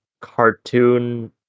cartoon